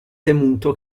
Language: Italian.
temuto